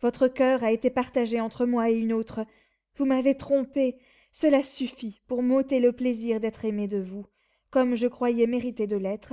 votre coeur a été partagé entre moi et une autre vous m'avez trompée cela suffit pour m'ôter le plaisir d'être aimée de vous comme je croyais mériter de l'être